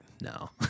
no